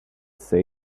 say